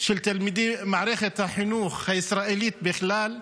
של תלמידי מערכת החינוך הישראלית בכלל,